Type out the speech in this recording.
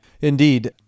Indeed